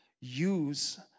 Use